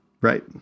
Right